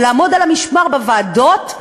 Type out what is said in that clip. ולעמוד על המשמר בוועדות,